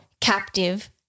captive